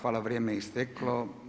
Vrijeme je isteklo.